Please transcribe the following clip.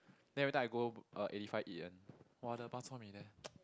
then every time I go uh eighty five eat one !wah! the bak chor mee there